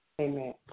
Amen